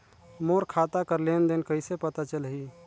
मोर खाता कर लेन देन कइसे पता चलही?